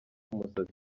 umusatsi